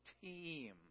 team